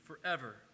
forever